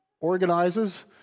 organizes